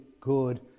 good